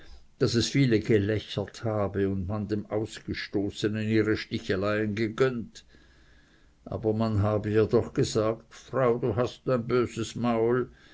daß es viele g'lächeret habe und man dem ausgeschossenen ihre sticheleien gegönnt aber man habe ihr doch gesagt frau du hast ein böses maul